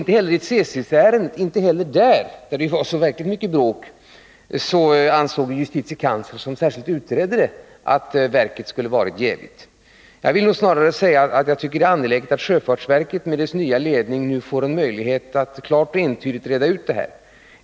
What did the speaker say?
Inte heller i Tsesisärendet, där det verkligen var mycket bråk, ansåg justitiekanslern, som särskilt utrett frågan, att verket skulle ha varit jävigt. Jag vill snarare säga att jag tycker att det är angeläget att sjöfartsverket med sin nya ledning nu får möjlighet att klart och entydigt reda ut det här.